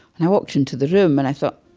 and i walked into the room, and i thought